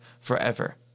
forever